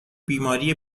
بیماری